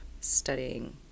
studying